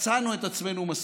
פצענו את עצמנו מספיק.